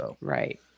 Right